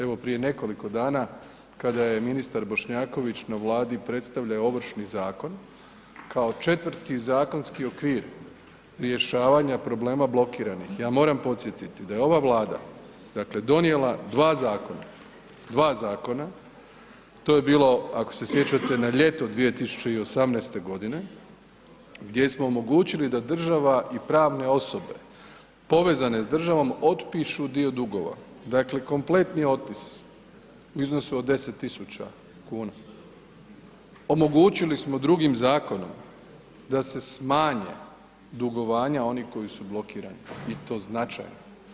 Evo prije nekoliko dana kada je ministar Bošnjaković na Vladi predstavljao Ovršni zakon kao četvrti zakonski okvir rješavanja problema blokiranih, ja moram podsjetiti da je ova Vlada dakle donijela 2 zakona, 2 zakona, to je bilo ako se sjećate na ljeto 2018.g. gdje smo omogućili da država i pravne osobe povezane s državom otpišu dio dugova, dakle kompletni otpis u iznosu od 10.000,00 kn, omogućili smo drugim zakonom da se smanje dugovanja onih koji su blokirani i to značajna.